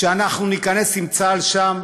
שאנחנו ניכנס עם צה"ל שם,